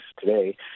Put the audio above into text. today